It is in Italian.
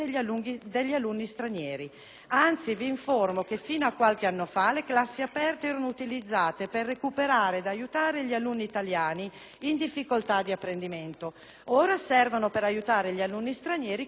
anzi, vi informo che, fino a qualche anno fa, le classi aperte erano utilizzate per recuperare ed aiutare gli alunni italiani in difficoltà di apprendimento. Ora servono per aiutare gli alunni stranieri con difficoltà linguistiche.